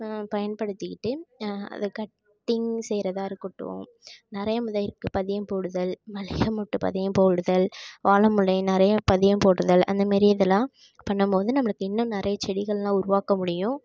பயன்படுத்திக்கிட்டு அதை கட்டிங் செய்கிறதா இருக்கட்டும் நிறைய முதலிற்கு பதியம் போடுதல் மல்லிகை மொட்டுக்கு பதியம் போடுதல் வாழ முல்லை நெறைய பதியம் போடுதல் அந்தமாரி இதெல்லாம் பண்ணும் போது நம்மளுக்கு இன்னும் நிறைய செடிகள்லாம் உருவாக்க முடியும்